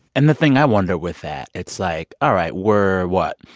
and the thing i wonder with that it's like, all right, we're what?